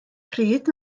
pryd